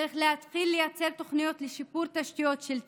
צריך להתחיל לייצר תוכניות לשיפור תשתיות של תקשורת,